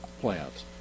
plants